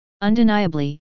undeniably